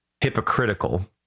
hypocritical